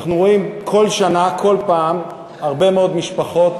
אנחנו רואים כל שנה, כל פעם, הרבה מאוד משפחות